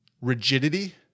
Rigidity